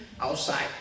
outside